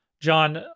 John